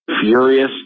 Furious